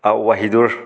Wahidur